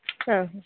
ആ